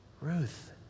Ruth